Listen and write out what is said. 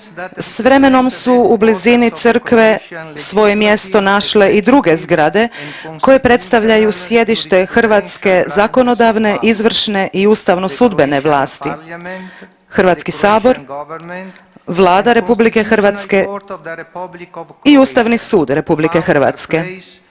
S vremenom su u blizini crkve svoje mjesto našle i druge zgrade koje predstavljaju sjedište hrvatske zakonodavne, izvršne i ustavno sudbene vlasti, Hrvatski sabor, Vlada RH i Ustavni sud RH.